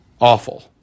awful